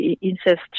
incest